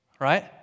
Right